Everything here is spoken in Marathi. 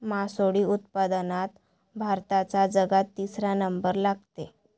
मासोळी उत्पादनात भारताचा जगात तिसरा नंबर लागते